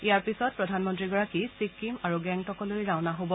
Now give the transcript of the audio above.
ইয়াৰ পিছত প্ৰধানমন্ত্ৰীগৰাকী চিক্কিম আৰু গেংটকলৈ ৰাওনা হ'ব